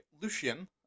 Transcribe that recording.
Lucian